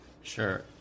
Sure